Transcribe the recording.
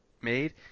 made